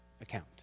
account